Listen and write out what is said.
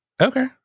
okay